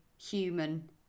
human